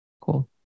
Cool